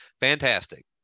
fantastic